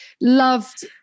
loved